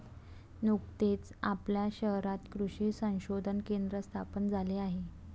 नुकतेच आपल्या शहरात कृषी संशोधन केंद्र स्थापन झाले आहे